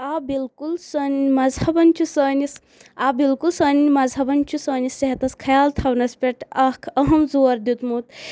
آ بالکُل سٲنۍ مذہبَن چھِ سٲنس آ بالکُل سٲنۍ مذہبن چھِ سٲنس صحتس خیال تھاونس پیٹھ اکھ اہم زور دیُتمُت